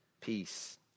peace